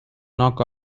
knock